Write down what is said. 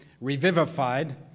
revivified